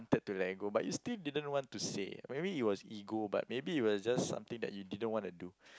~ted to let go but you still didn't want to say maybe it was ego but maybe it was just something you didn't want to do